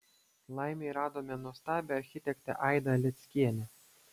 laimei radome nuostabią architektę aidą leckienę